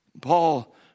Paul